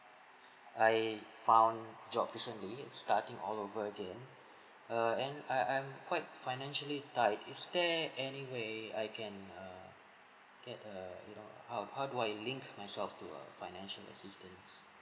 I found jobs recently starting all over again err and I I'm quite financially tight is there anyway I can err get a you know how how do I link myself to a financial assistant